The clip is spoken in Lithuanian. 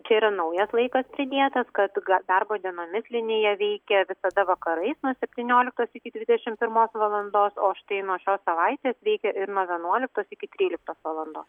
čia yra naujas laikas pridėtas kad darbo dienomis linija veikia visada vakarais nuo septynioliktos iki dvidešimt pirmos valandos o štai nuo šios savaitės veikia ir nuo vienuoliktos iki tryliktos valandos